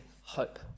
hope